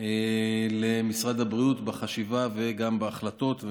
למשרד הבריאות בחשיבה וגם בהחלטות.